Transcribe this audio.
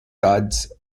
gods